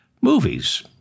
movies